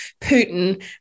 Putin